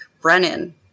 Brennan